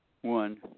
one